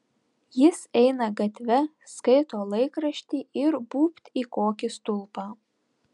jis eina gatve skaito laikraštį ir būbt į kokį stulpą